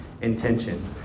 intention